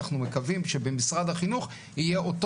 אנחנו מקווים שבמשרד החינוך יהיה אותו